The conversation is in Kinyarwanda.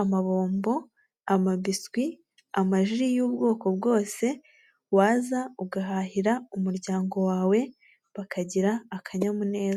amabombo, amabiswi, amaji y'ubwoko bwose, waza ugahahira umuryango wawe bakagira akanyamuneza.